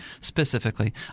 specifically